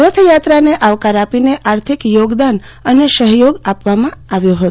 રથયાત્રાને આવકાર આપીને આર્થિક યોગદાન અને સહયોગ આપ્યો હતો